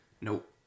Nope